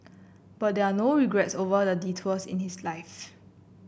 but there are no regrets over the detours in his life